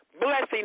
blessing